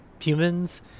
humans